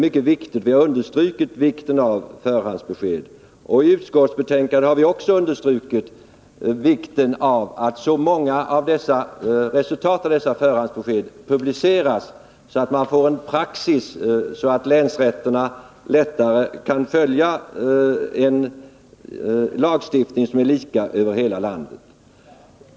Jag har understrukit betydelsen av förhandsbeskeden, och i utskottsbetänkandet har vi också understrukit vikten av att så många resultat av dessa förhandsbesked som möjligt publiceras, så att man får en praxis som underlättar för länsrätterna att följa en lagstiftning som är lika över hela landet.